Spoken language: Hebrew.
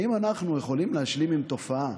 האם אנחנו יכולים להשלים עם תופעה